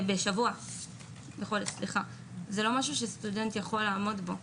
זה לא משהו שסטודנט יכול לעמוד בו.